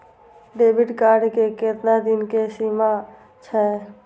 Debit card के केतना दिन के सीमा छै?